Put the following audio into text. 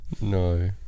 no